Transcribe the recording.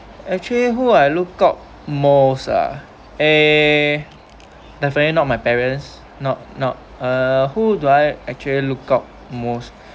actually who I lookout most ah eh definitely not my parents not not eh who do I actually lookout most